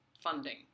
funding